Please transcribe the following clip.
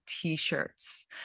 t-shirts